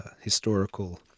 historical